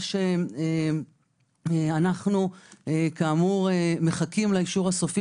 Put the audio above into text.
אנחנו כאמור מחכים לאישור הסופי